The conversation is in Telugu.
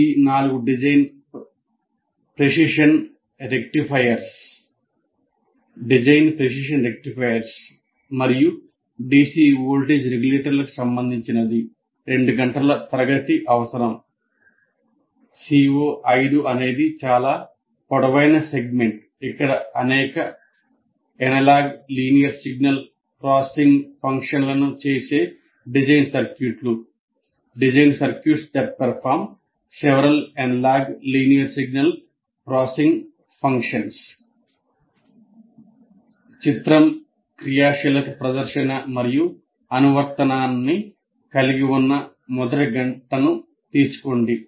C4 డిజైన్ ప్రెసిషన్ రెక్టిఫైయర్స్ చిత్యం క్రియాశీలత ప్రదర్శన మరియు అనువర్తనాన్ని కలిగి ఉన్న మొదటి గంటను తీసుకోండి